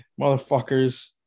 Motherfuckers